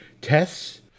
tests